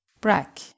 brack